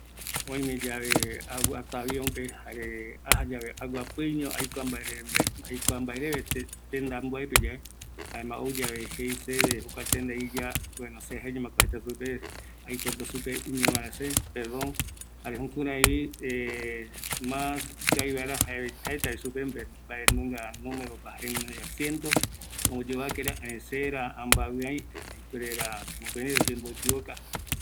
Tenonde aiporuta supe ïñiro vaera seve, jare romaekavita ore boletore, añetëtëra se ambaavɨ, ani jaera, kuape röïkavi vaera, ereï opaete mborombete rupi semiarïta jaendive